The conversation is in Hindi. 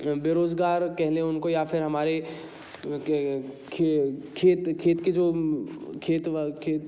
बेरोज़गार कह ले उनको या फिर हमारे खेत के जो